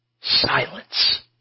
Silence